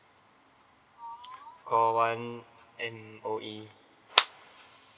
call one M_O_E